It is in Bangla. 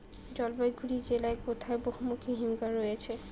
জলপাইগুড়ি জেলায় কোথায় বহুমুখী হিমঘর রয়েছে?